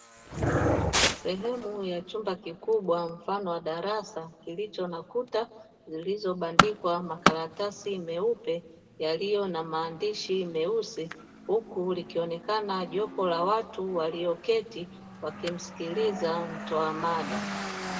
Sehemu ya chumba kikubwa mfano wa darasa kilicho na kuta zilizobandikwa makaratasi meupe yaliyo na maandishi meusi, huku likionekana jopo la watu walioketi wakimsikiliza mtoa mada.